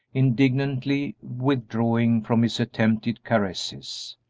indignantly withdrawing from his attempted caresses.